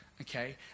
okay